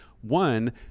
one